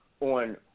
on